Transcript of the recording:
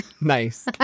nice